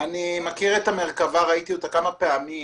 אני מכיר את המרכבה, ראיתי אותה כמה פעמים,